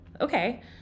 Okay